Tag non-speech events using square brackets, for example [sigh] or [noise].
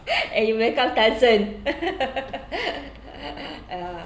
and you become tarzan [laughs] ah